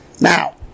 Now